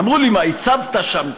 אמרו לי: מה, הצבת שם קלפי?